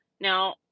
Now